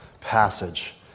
passage